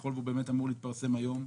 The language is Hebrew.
ככל שהוא אמור להתפרסם היום,